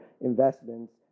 investments